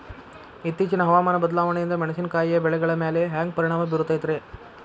ಇತ್ತೇಚಿನ ಹವಾಮಾನ ಬದಲಾವಣೆಯಿಂದ ಮೆಣಸಿನಕಾಯಿಯ ಬೆಳೆಗಳ ಮ್ಯಾಲೆ ಹ್ಯಾಂಗ ಪರಿಣಾಮ ಬೇರುತ್ತೈತರೇ?